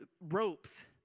ropes